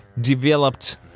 developed